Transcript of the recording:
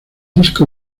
disco